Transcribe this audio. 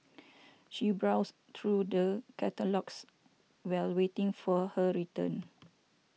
she browsed through the catalogues while waiting for her return